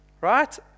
right